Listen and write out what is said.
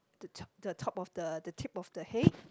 the to~ the top of the the tip of the head